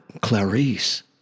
Clarice